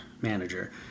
manager